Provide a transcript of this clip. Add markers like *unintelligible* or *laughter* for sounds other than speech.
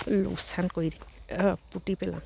*unintelligible* কৰি পুতি পেলাও